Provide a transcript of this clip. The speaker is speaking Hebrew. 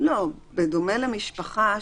בדומה למשפחה,